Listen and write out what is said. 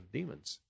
demons